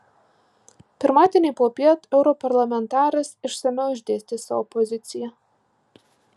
pirmadienį popiet europarlamentaras išsamiau išdėstė savo poziciją